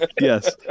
Yes